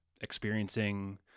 experiencing